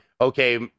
Okay